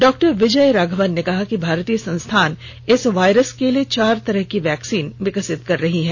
doctor Vijayaraghavan ने कहा कि भारतीय संस्थान इस वायरस के लिए चार तरह की वैक्सीन विकसित कर रहे हैं